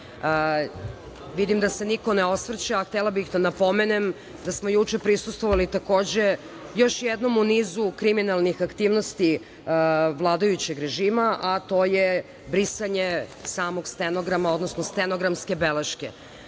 vidim da se niko ne osvrće, a htela bih da napomenem da smo juče prisustvovali, takođe, još jednom u nizu kriminalnih aktivnosti vladajućeg režima, a to je brisanje samog stenograma, odnosno stenogramskih beležaka.